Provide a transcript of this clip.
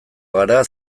gara